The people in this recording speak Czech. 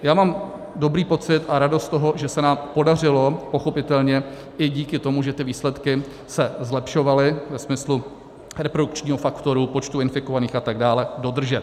Já mám dobrý pocit a radost z toho, že se nám podařilo pochopitelně i díky tomu, že ty výsledky se zlepšovaly ve smyslu reprodukčního faktoru, počtu infikovaných a tak dále, dodržet.